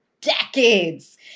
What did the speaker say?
decades